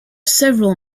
several